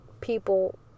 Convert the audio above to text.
people